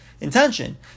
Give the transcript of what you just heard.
intention